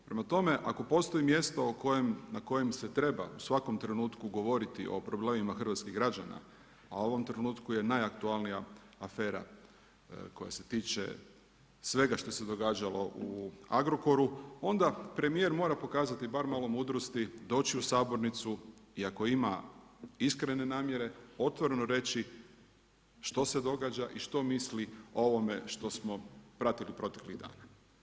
Prema tome, ako postoji mjesto na kojem se treba u svakom trenutku govoriti o problemima hrvatskih građana, a u ovom trenutku je najaktualnija afera koja se tiče svega što se događalo u Agrokoru onda premijer mora pokazati bar malo mudrosti, doći u sabornicu i ako ima iskrene namjere otvoreno reći što se događa i što misli o ovome što smo pratili proteklih dana.